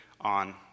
on